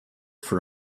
for